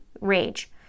rage